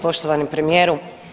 Poštovani premijeru.